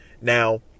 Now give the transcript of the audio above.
Now